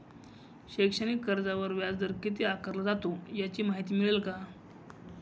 शैक्षणिक कर्जावर व्याजदर किती आकारला जातो? याची माहिती मिळेल का?